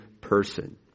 person